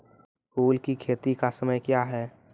फुल की खेती का समय क्या हैं?